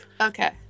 Okay